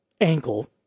ankle